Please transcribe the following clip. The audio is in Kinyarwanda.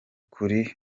kuri